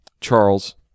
Charles